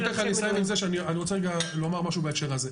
אני רוצה לומר משהו בהקשר הזה.